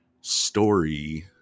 story